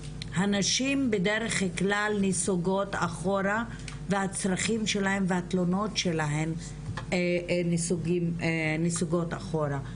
הנשים בדרך כלל הסוגות אחורה והצרכים שלהן והתלונות שלהן נסוגות אחורה.